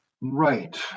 Right